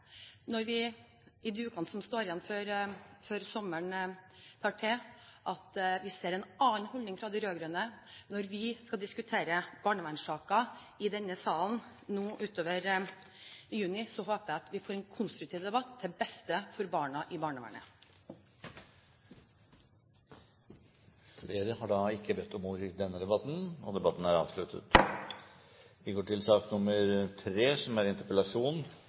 vi i de ukene som står igjen før sommeren tar til, ser en annen holdning fra de rød-grønne. Når vi skal diskutere barnevernssaker i denne salen nå utover i juni, håper jeg vi får en konstruktiv debatt til beste for barna i barnevernet. Flere har ikke bedt om ordet til sak nr. 2. Familiepolitikken diskuteres mest når vi